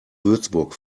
würzburg